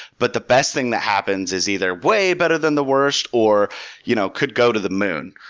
but the best thing that happens is either way better than the worst, or you know could go to the moon.